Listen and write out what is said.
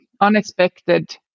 unexpected